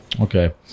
Okay